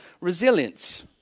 resilience